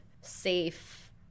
safe